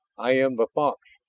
i am the fox,